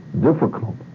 Difficult